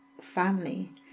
family